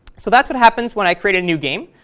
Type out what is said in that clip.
so that's what happens when i create a new game.